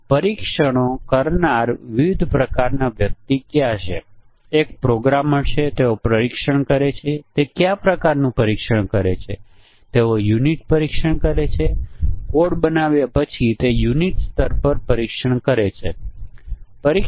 અહીં સંપૂર્ણ પરીક્ષણ 2 3 2 સંખ્યાના પરીક્ષણનાં કેસો ધ્યાનમાં લેશે પરંતુ આપણે જોડી મુજબના પરીક્ષણ કેસ પેદા કરી શકીએ છીએ જે તેના કરતા ઘણું ઓછા હશે